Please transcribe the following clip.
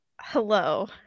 Hello